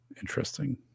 interesting